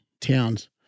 towns